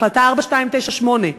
החלטה 4298,